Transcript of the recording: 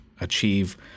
achieve